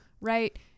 right